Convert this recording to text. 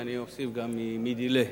ואני אוסיף גם מדילי,